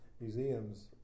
museums